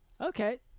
Okay